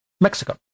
Mexico